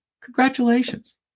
Congratulations